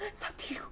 satay